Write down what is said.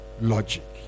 logic